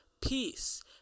Peace